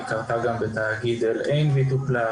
היא קרתה גם בתאגיד אל-עין והיא טופלה,